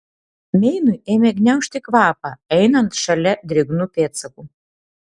meinui ėmė gniaužti kvapą einant šalia drėgnų pėdsakų